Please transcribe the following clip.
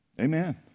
Amen